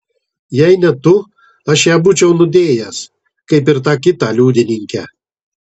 jei ne tu aš ją būčiau nudėjęs kaip ir tą kitą liudininkę